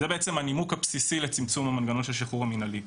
זה בעצם הנימוק הבסיסי לצמצום המנגנון של שחרור מינהלי.